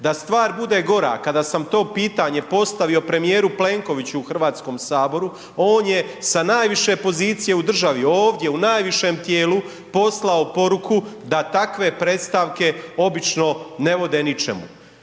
Da stvar bude gora, kada sam to pitanje postavio premijeru Plenkoviću u HS-u, on je sa najviše pozicije u državi ovdje u najvišem tijelu, poslao poruku da takve predstavke obično ne vode ničemu.